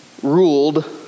ruled